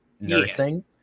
nursing